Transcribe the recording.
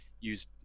use